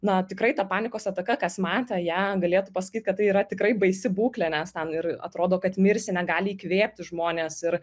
na tikrai tą panikos ataka kas matę ją galėtų pasakyt kad tai yra tikrai baisi būklė nes ten ir atrodo kad mirsi negali įkvėpti žmonės ir